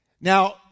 Now